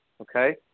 Okay